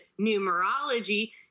Numerology